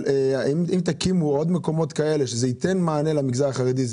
אם תקימו עוד מקומות כאלה שייתנו מענה למגזר החרדי,